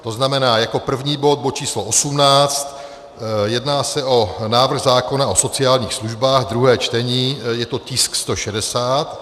To znamená, jako první bod číslo 18, jedná se o návrh zákona o sociálních službách, druhé čtení, je to tisk 160.